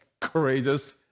courageous